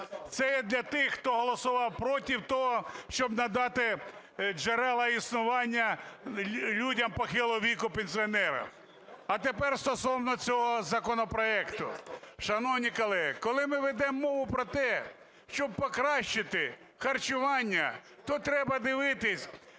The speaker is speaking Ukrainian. Це я для тих, хто голосував проти того, щоби надати джерела існування людям похилого віку, пенсіонерам. А тепер стосовно цього законопроекту. Шановні колеги, коли ми ведемо мову про те, щоб покращити харчування, то треба дивитись